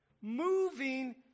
moving